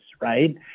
right